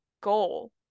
goal